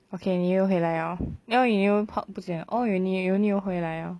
okay 你又回来了 now 你又 pop 不见了 oh you 你又回来了